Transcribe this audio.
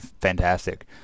fantastic